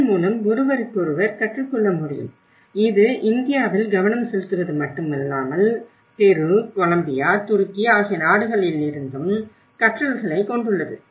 இதன் மூலம் ஒருவருக்கொருவர் கற்றுக்கொள்ள முடியும் இது இந்தியாவில் கவனம் செலுத்துவது மட்டுமல்லாமல் பெரு கொலம்பியா துருக்கி ஆகிய நாடுகளிலிருந்தும் கற்றல்களைக் கொண்டுள்ளது